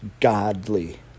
godly